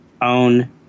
Own